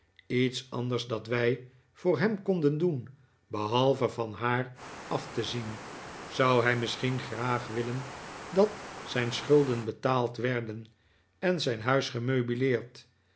iets anders dat wij voor hem konden doen behalve van haar af te zien zou hij misschien graag willen dat zijn schulden betaald werden en zijn huis